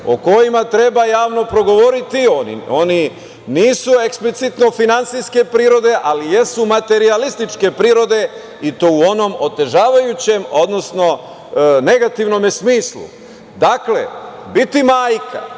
o kojima treba javno progovoriti. Oni nisu eksplicitno finansijske prirode, ali jesu materijalističke prirode i to u onom otežavajućem, odnosno negativnom smislu. Biti majka,